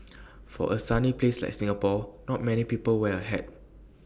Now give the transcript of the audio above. for A sunny place like Singapore not many people wear A hat